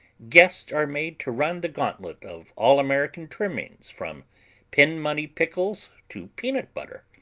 guests are made to run the gauntlet of all-american trimmings from pin-money pickles to peanut butter,